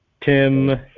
Tim